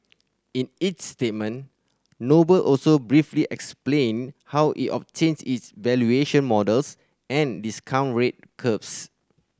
in its statement Noble also briefly explained how it obtains its valuation models and discount rate curves